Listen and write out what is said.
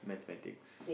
mathematics